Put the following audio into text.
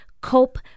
cope